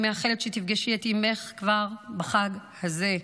אני מאחלת שתפגשי את אימך כבר בחג הזה,